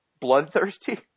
bloodthirsty